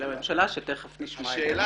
וליועץ המשפטי לממשלה, שתיכף נשמע את עמדתם.